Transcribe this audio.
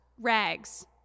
Rags